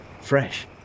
fresh